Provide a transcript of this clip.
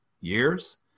years